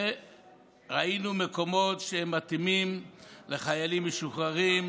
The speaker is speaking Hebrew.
וראינו מקומות שמתאימים לחיילים משוחררים,